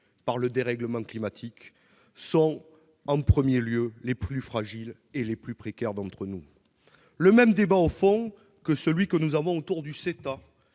par le dérèglement climatique sont en premier lieu les plus fragiles et les plus précaires d'entre nous. Au fond, il s'agit du même débat que celui que nous menons autour du CETA,